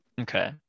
okay